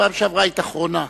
בפעם שעברה היית אחרונה.